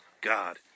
God